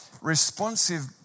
responsive